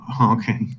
Okay